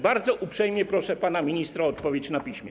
Bardzo uprzejmie proszę pana ministra o odpowiedź na piśmie.